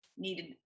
Needed